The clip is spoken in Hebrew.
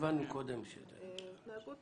התנהגות